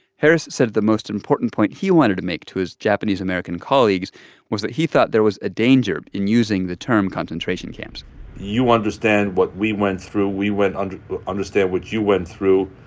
harris said the most important point he wanted to make to his japanese american colleagues was that he thought there was a danger in using the term concentration camps you understand what we went through. we went and understand what you went through.